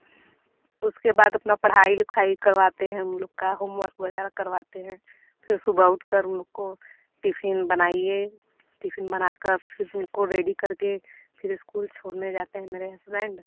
उसके बाद अपना पढ़ाई लिखाई करवाते हैं हम लोग का होमवर्क वगैरह करवाते हैं फिर सुबह उठकर उन लोग को टिफ़िन बनाइए टिफ़िन बनाकर फिर उनको रेडी करके फिर स्कूल छोड़ने जाते हैं मेरे हस्बैंड